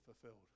fulfilled